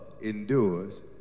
endures